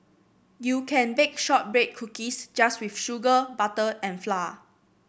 you can bake shortbread cookies just with sugar butter and flour